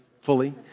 fully